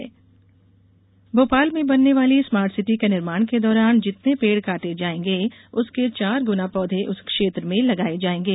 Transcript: smart city बैठक भोपाल में बनने वाली स्मार्ट सिटी के निर्माण के दौरान जितने पेड़ काटे जाएंगे उसके चार गुना पौधे उस क्षेत्र में लगाए जाएंगे